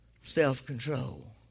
self-control